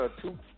two